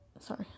sorry